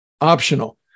optional